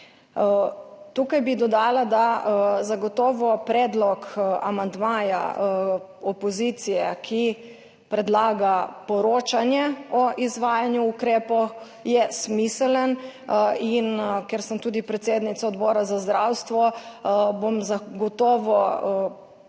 Tukaj bi dodala, da zagotovo predlog amandmaja opozicije, ki predlaga poročanje o izvajanju ukrepov je smiseln in ker sem tudi predsednica Odbora za zdravstvo, bom zagotovo zahtevala